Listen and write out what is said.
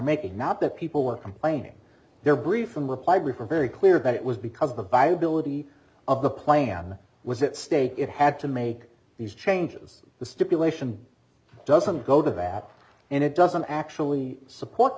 making not that people are complaining they're brief in reply brief or very clear that it was because the viability of the plan was at stake it had to make these changes the stipulation doesn't go to that and it doesn't actually support